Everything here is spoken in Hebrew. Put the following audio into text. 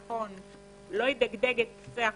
ימלאו את החסר.